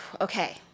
Okay